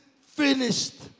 finished